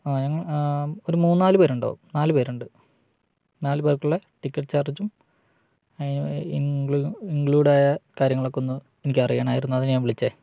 ആ ഞങ്ങൾ ഒരു മൂന്ന് നാല് പേരുണ്ടാകും നാല് പേരുണ്ട് നാല് പേർക്കുള്ള ടിക്കറ്റ് ചാർജും ഇൻക്ലൂഡഡായ കാര്യങ്ങളുമൊക്കെ ഒന്ന് എനിക്കറിയണമായിരുന്നു അതിനാണ് ഞാൻ വിളിച്ചത്